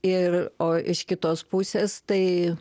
ir o iš kitos pusės tai